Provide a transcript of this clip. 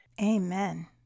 Amen